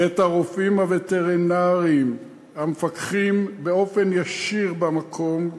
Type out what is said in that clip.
ואת הרופאים הווטרינריים המפקחים באופן ישיר במקום,